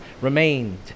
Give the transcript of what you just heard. remained